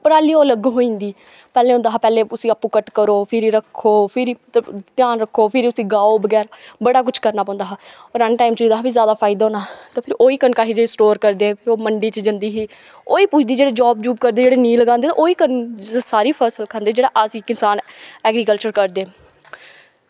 पराली ओह् लग्ग होई जंदी पैह्लें होंदा हा पैह्लें उस्सी आपू कट्ट करो फिरी रक्खो फिरी ध्यान रक्खो फिरि उस्सी घाओ वगैरा बड़ा कुछ करना पौंदा हा परानें टाइम च इदा वी जैदा फायदा होना ते फिर ओह् ही कनक असी जेह्ड़ी स्टोर करदे फिर ओह् मंडी च जंदी ही ओह् ही पुजदी जेह्ड़ी जाब जूब करदे जेह्ड़े नेईं लगांदे ते ओह् ही जेह्ड़ी सारी फसल खंदे जेह्ड़ा असी किसान एग्रीकल्चर करदे